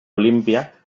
olimpia